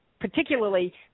particularly